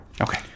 Okay